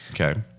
Okay